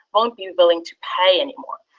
won't be willing to pay anymore.